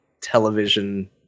television